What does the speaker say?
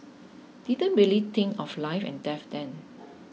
didn't really think of life and death then